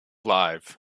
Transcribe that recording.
live